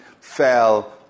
fell